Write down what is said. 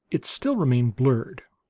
it still remained blurred,